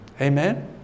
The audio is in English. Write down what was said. Amen